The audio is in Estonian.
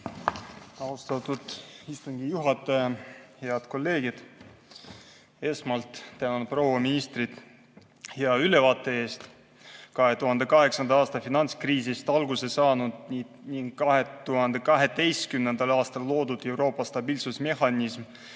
Austatud istungi juhataja! Head kolleegid! Esmalt tänan proua ministrit hea ülevaate eest. 2008. aasta finantskriisist alguse saanud ning 2012. aastal loodud Euroopa stabiilsusmehhanism,